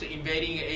invading